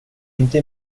inte